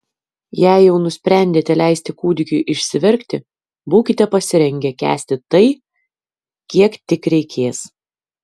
jei jau nusprendėte leisti kūdikiui išsiverkti būkite pasirengę kęsti tai kiek tik reikės